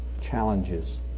challenges